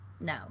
no